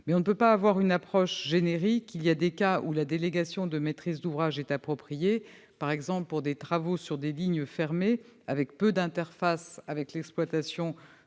On ne peut toutefois avoir une approche générique : dans certains cas la délégation de maîtrise d'ouvrage est appropriée, par exemple pour des travaux sur des lignes fermées avec peu d'interfaces avec l'exploitation du reste